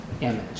image